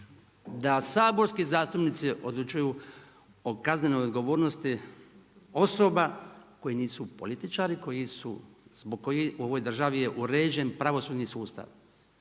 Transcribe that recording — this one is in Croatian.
da saborski zastupnici odlučuju o kaznenoj odgovornosti osoba koje nisu političari, zbog kojih u ovoj državi je uređen pravosudni sustav